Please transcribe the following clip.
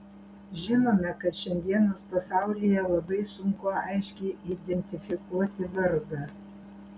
žinome kad šiandienos pasaulyje labai sunku aiškiai identifikuoti vargą